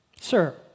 Sir